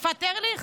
יפעת ארליך?